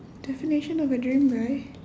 definition of a dream guy